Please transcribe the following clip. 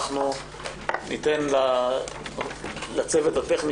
אנחנו ניתן לצוות הטכני פה התארגנות עד 11:10 ונתחיל את